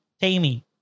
Tammy